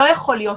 לא יכול להיות.